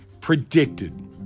predicted